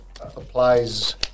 applies